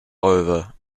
over